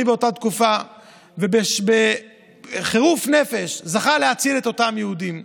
באותה תקופה ובחירוף נפש זכה להציל את אותם יהודים.